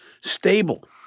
stable